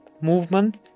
Movement